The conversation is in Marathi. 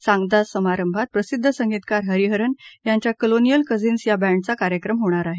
सांगता समारंभात प्रसिद्ध संगीतकार हरीहरन यांच्या कलोनिअल कझिन्स या बँडचा कार्यक्रम होणार आहे